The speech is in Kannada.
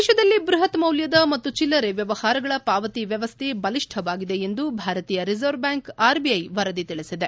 ದೇಶದಲ್ಲಿ ಬ್ರಹತ್ ಮೌಲ್ನದ ಮತ್ನು ಚಿಲ್ಲರೆ ವ್ನವಹಾರಗಳ ಪಾವತಿ ವ್ನವಸ್ನೆ ಬಲಿಷ್ಟವಾಗಿದೆ ಎಂದು ಭಾರತೀಯ ರಿಸರ್ವ್ ಬ್ಯಾಂಕ್ ಆರ್ಬಿಐ ವರದಿ ತಿಳಿಸಿದೆ